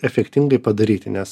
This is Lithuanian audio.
efektingai padaryti nes